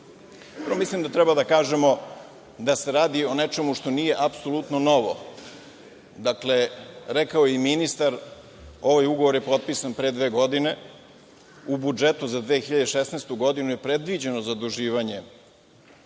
mislim da treba da kažemo da se radi o nečemu što nije apsolutno novo. Dakle, rekao je i ministar, ovaj ugovor je potpisan pre dve godine. U budžetu za 2016. godinu je predviđeno zaduživanje